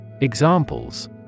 Examples